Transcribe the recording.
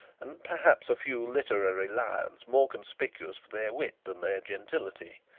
and perhaps a few literary lions more conspicuous for their wit than their gentility.